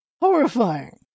horrifying